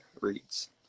reads